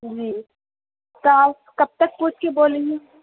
جی تو آپ کب تک پوچھ کے بولیں گی